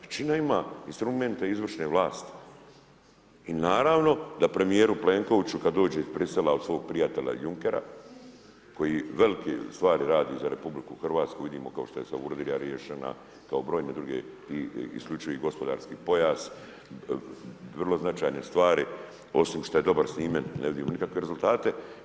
Većina ima instrumente izvršne vlasti i naravno da premijeru Plenkoviću kad dođe iz Brisela od svog prijatelja Junckera, koji velike stvari radi za RH, vidimo kao što je Savudrija riješena, kao brojne druge, isključivi gospodarski pojas, vrlo značajne stvari, osim što je dobar s njime, ne vidim nikakve rezultate.